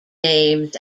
names